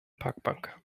parkbank